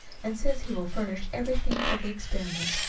and says he will furnish everything for the experiment,